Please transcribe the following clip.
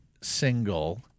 single